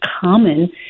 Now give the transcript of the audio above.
common